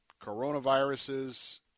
coronaviruses